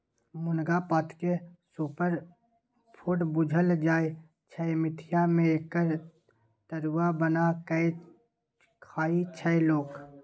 मुनगा पातकेँ सुपरफुड बुझल जाइ छै मिथिला मे एकर तरुआ बना कए खाइ छै लोक